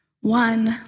one